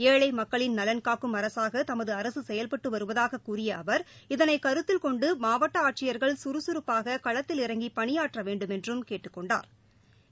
ஏழை மக்களின் நலன் காக்கும் அரசாக தமது அரசு செயல்பட்டு வருவதாகக் கூறிய அவர் இதனைக் கருத்தில் கொண்டு மாவட்ட ஆட்சியர்கள் கறுகறுப்பாக களத்தில் இறங்கி பனியாற்ற வேண்டுமென்றும் திரு எடப்பாடி பழனிசாமி கேட்டுக் கொண்டாா்